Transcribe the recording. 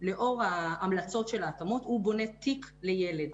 לאור ההמלצות של ההתאמות, הוא בונה תיק לילד